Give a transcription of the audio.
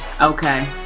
Okay